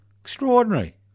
Extraordinary